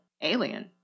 alien